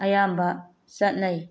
ꯑꯌꯥꯝꯕ ꯆꯠꯅꯩ